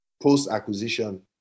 post-acquisition